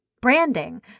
branding